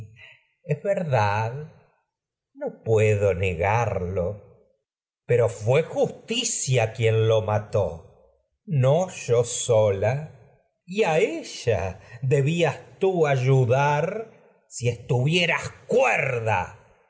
es verdad no puedo negarlo pero fué justicia quien sola y lo mató no yo cuerda a ella debías txi ayudar si estuvieras